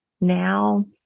now